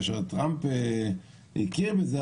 כשטראמפ הכיר בזה,